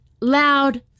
loud